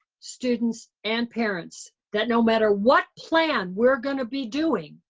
students, and parents that no matter what plan we're going to be doing,